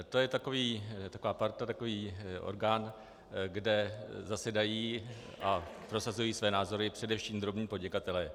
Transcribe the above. To je taková parta, takový orgán, kde zasedají a prosazují své názory především drobní podnikatelé.